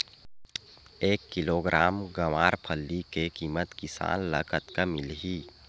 एक किलोग्राम गवारफली के किमत किसान ल कतका मिलही?